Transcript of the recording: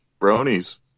bronies